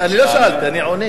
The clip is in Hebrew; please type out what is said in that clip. לא שאלתי, אני עונה.